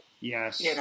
Yes